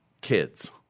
kids